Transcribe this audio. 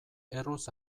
erruz